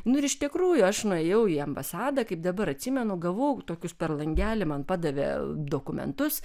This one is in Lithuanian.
nu ir iš tikrųjų aš nuėjau į ambasadą kaip dabar atsimenu gavau tokius per langelį man padavė dokumentus